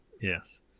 yes